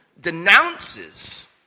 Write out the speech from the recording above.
denounces